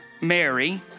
Mary